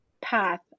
path